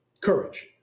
courage